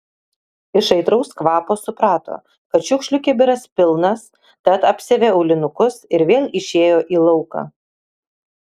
iš aitraus kvapo suprato kad šiukšlių kibiras pilnas tad apsiavė aulinukus ir vėl išėjo į lauką